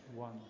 one